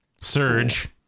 Surge